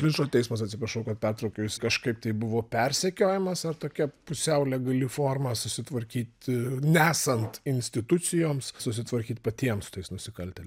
linčo teismas atsiprašau kad pertraukiau jus kažkaip tai buvo persekiojamas ar tokia pusiau legali forma susitvarkyti nesant institucijoms susitvarkyt patiems su tais nusikaltėli